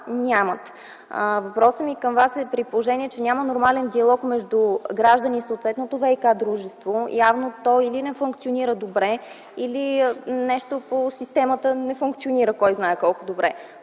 нямат. Въпросът ми към Вас е: при положение че няма нормален диалог между граждани и съответното ВиК-дружество, явно или то, или нещо по системата не функционира кой знае колко добре,